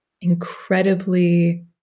incredibly